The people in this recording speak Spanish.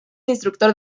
instructor